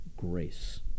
grace